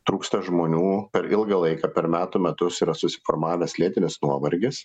trūksta žmonių per ilgą laiką per metų metus yra susiformavęs lėtinis nuovargis